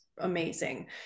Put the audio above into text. amazing